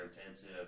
intensive